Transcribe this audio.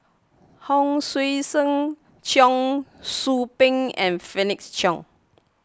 Hon Sui Sen Cheong Soo Pieng and Felix Cheong